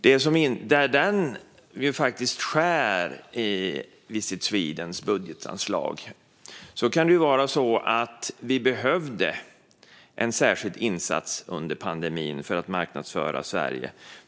I den skärs det faktiskt i Visit Swedens budgetanslag. Det kan vara så att vi behövde en särskild insats under pandemin för att marknadsföra Sverige.